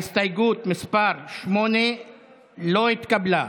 הסתייגות מס' 8 לא התקבלה.